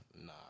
nah